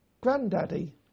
granddaddy